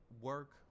work